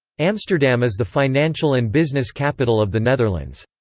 amsterdam is the financial and business capital of the netherlands.